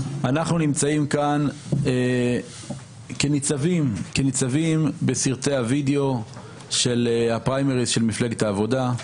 אנחנו נמצאים כאן כניצבים בסרטי הווידיאו של הפריימריז של מפלגת העבודה.